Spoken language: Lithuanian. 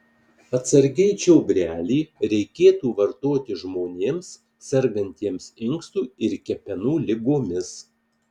atsargiai čiobrelį reikėtų vartoti žmonėms sergantiems inkstų ir kepenų ligomis